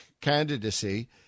candidacy